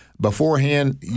Beforehand